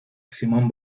simón